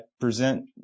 present